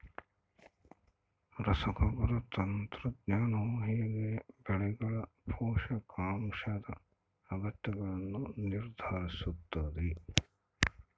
ರಸಗೊಬ್ಬರ ತಂತ್ರಜ್ಞಾನವು ಹೇಗೆ ಬೆಳೆಗಳ ಪೋಷಕಾಂಶದ ಅಗತ್ಯಗಳನ್ನು ನಿರ್ಧರಿಸುತ್ತದೆ?